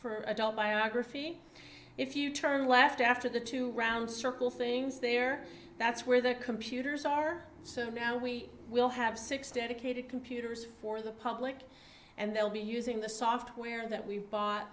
for adult biography if you turn left after the two round circle things there that's where the computers are so now we will have six dedicated computers for the public and they'll be using the software that we bought